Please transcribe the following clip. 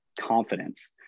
confidence